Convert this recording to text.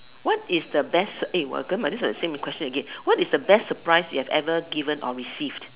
what is the best eh !wah! how come this one is the same question again what is the best surprise you have ever given or received